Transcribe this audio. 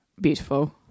Beautiful